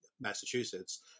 Massachusetts